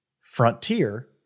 frontier